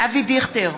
אבי דיכטר,